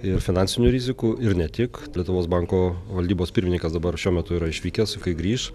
ir finansinių rizikų ir ne tik lietuvos banko valdybos pirmininkas dabar šiuo metu yra išvykęs kai grįš